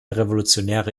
revolutionäre